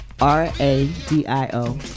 R-A-D-I-O